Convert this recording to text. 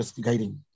guiding